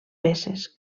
peces